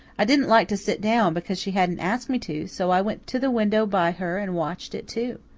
i didn't like to sit down because she hadn't asked me to, so i went to the window by her and watched it, too.